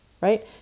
Right